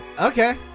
Okay